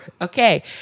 Okay